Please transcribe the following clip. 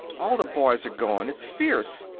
all the boys're gone. it's fierce.